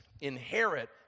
inherit